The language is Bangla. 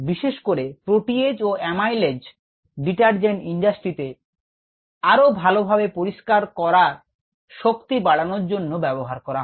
বিশেষ করে প্রোটিয়েজ ও অ্যামাইলেজ কে ডিটারজেন্ট ইন্ডাস্ট্রিতে আরো ভালোভাবে পরিষ্কার করার শক্তি বাড়ানোর জন্য ব্যবহার করা হয়